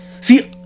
see